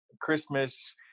Christmas